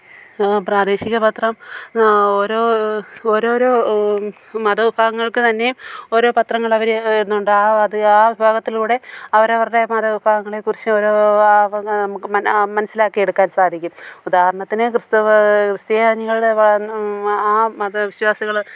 പ്രാദേശിക പത്രം ഓരോ ഓരോരോ മതവിഭാഗങ്ങള്ക്ക് തന്നേ ഓരോ പത്രങ്ങളവർ ഇടുന്നതുകൊണ്ട് ആ അത് ആ വിഭാഗത്തിലൂടെ അവരവരുടെ മതവിഭാഗങ്ങളെ കുറിച്ചോരൊ എന്നാൽ നമ്മൾക്ക് മനസ്സിലാക്കിയെടുക്കാന് സാധിക്കും ഉദാഹരണത്തിന് ക്രിസ്ത്യാനികളുടെ ആ മതവിശ്വാസികൾ